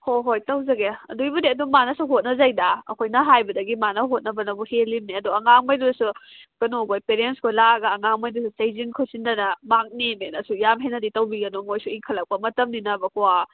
ꯍꯣꯏ ꯍꯣꯏ ꯇꯧꯖꯒꯦ ꯑꯗꯨꯒꯤꯕꯨꯗꯤ ꯑꯗꯨꯝ ꯃꯥꯅꯁꯨ ꯍꯣꯠꯅꯖꯩꯗ ꯑꯩꯈꯣꯏꯅ ꯍꯥꯏꯕꯗꯒꯤ ꯃꯥꯅ ꯍꯣꯠꯅꯕꯅꯕꯨ ꯍꯦꯜꯂꯤꯕꯅꯤ ꯑꯗꯣ ꯑꯉꯥꯡꯉꯩꯗꯨꯁꯨ ꯀꯩꯅꯣꯈꯣꯏ ꯄꯦꯔꯦꯟꯁꯈꯣꯏ ꯂꯥꯛꯑꯒ ꯑꯉꯥꯡꯉꯩꯗꯨꯁꯨ ꯆꯩꯁꯤꯟ ꯈꯣꯆꯤꯟꯗꯅ ꯃꯥꯔꯛ ꯅꯦꯝꯃꯦꯅꯁꯨ ꯌꯥꯝ ꯍꯦꯟꯅꯗꯤ ꯇꯧꯕꯤꯒꯅꯣ ꯃꯣꯏꯁꯨ ꯏꯪꯈꯠꯂꯛꯄ ꯃꯇꯝꯅꯤꯅꯕꯀꯣ